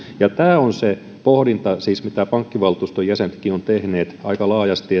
tämä on se pohdinta siis mitä pankkivaltuuston jäsenetkin ovat tehneet aika laajasti